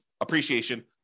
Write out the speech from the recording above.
appreciation